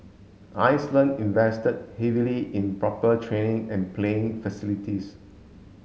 Iceland invested heavily in proper training and playing facilities